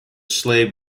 slave